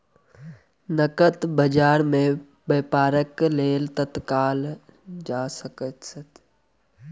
नकद बजार में व्यापार तत्काल कएल जा सकैत अछि